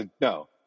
no